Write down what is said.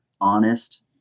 honest